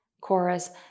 chorus